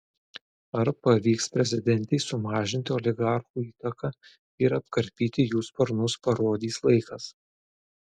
ar pavyks prezidentei sumažinti oligarchų įtaką ir apkarpyti jų sparnus parodys laikas